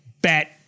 bet